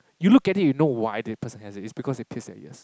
you look at it you know why the person has it it's because they pierce their ears